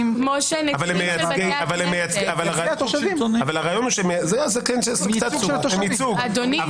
אבל מרכיבים אותם כחלק --- אדוני,